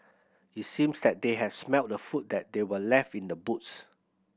it seems that they had smelt the food that they were left in the boots